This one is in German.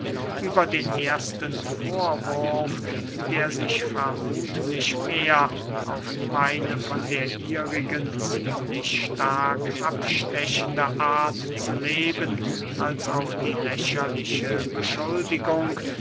über den ersten vorwurf der sich vermuthlich mehr auf meine von der ihrigen ziemlich stark abstechende art zu leben als auf die lächerliche beschuldigung